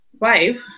wife